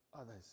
others